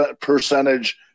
percentage